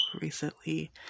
recently